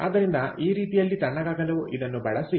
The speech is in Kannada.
ಆದ್ದರಿಂದ ಈ ರೀತಿಯಲ್ಲಿ ತಣ್ಣಗಾಗಲು ಇದನ್ನು ಬಳಸಿ